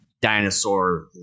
dinosaur